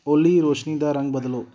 ਓਲੀ ਰੌਸ਼ਨੀ ਦਾ ਰੰਗ ਬਦਲੋ